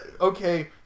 okay